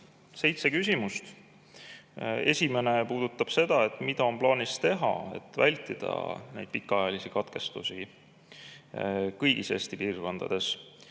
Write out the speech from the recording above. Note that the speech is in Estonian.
seitse küsimust. Esimene puudutab seda, mida on plaanis teha, et vältida neid pikaajalisi katkestusi kõigis Eesti piirkondades.